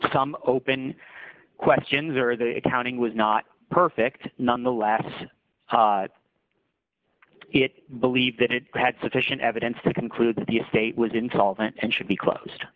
some open questions or the accounting was not perfect none the less it believed that it had sufficient evidence to conclude that the state was insolvent and should be closed